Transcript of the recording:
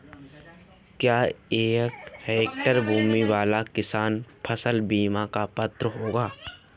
क्या एक हेक्टेयर भूमि वाला किसान फसल बीमा का पात्र होगा?